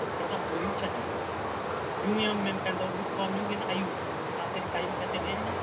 ᱚᱱᱠᱟ ᱫᱚ ᱟᱞᱚ ᱦᱩᱭᱩᱜ ᱪᱟᱹᱦᱤ ᱧᱩᱭᱟᱢ ᱢᱮᱱᱠᱷᱟᱱ ᱫᱚ ᱢᱤᱫ ᱯᱩᱣᱟᱹᱢ ᱧᱩ ᱠᱮᱫᱚ ᱟᱹᱭᱩᱵ ᱡᱟᱦᱟᱸ ᱛᱤᱱᱟᱹᱜ ᱠᱟᱹᱢᱤ ᱠᱟᱛᱮᱫ ᱮᱢ ᱦᱮᱡ ᱮᱱᱟ